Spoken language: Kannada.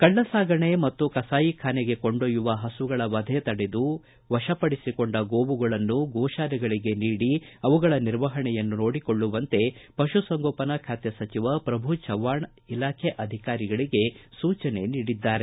ಕಳ್ಳ ಸಾಗಣೆ ಮತ್ತು ಕಸಾಯಿಖಾನೆಗೆ ಕೊಂಡೊಯ್ದವ ಪಸುಗಳ ವಧೆ ತಡೆದು ವಶಪಡಿಸಿಕೊಂಡ ಗೋವುಗಳನ್ನು ಗೋಶಾಲೆಗಳಿಗೆ ನೀಡಿ ಅವುಗಳ ನಿರ್ವಹಣೆಯನ್ನು ನೋಡಿಕೊಳ್ಳುವಂತೆ ಪಶು ಸಂಗೋಪನಾ ಖಾತೆ ಸಚಿವ ಪ್ರಭು ಚವ್ವಾಣ್ ಇಲಾಖೆ ಅಧಿಕಾರಿಗಳಿಗೆ ಸೂಚನೆ ನೀಡಿದ್ದಾರೆ